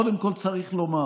קודם כול צריך לומר